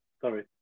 Sorry